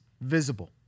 visible